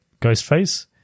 Ghostface